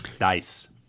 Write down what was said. nice